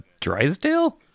Drysdale